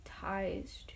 ties